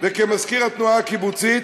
וכמזכיר התנועה הקיבוצית,